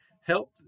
help